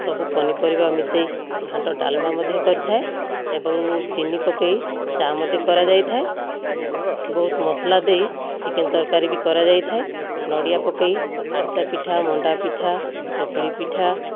ସବୁ ପନିପରିବା ମିଶାଇ ଘାଣ୍ଟ ଡାଲମା ମଧ୍ୟ କରିଥାଏ ଏବଂ ଚିନି ପକାଇ ଚା' ମଧ୍ୟ କରାଯାଇଥାଏ ଆଉ ବହୁତ ମସଲା ଦେଇ ଚିକେନ୍ ତରକାରୀ ବି କରାଯାଇଥାଏ ନଡ଼ିଆ ପକାଇ ଆରିସା ପିଠା ମଣ୍ଡା ପିଠା ଚକୁଳି ପିଠା